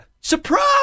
Surprise